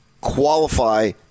qualify